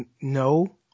no